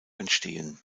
entstehen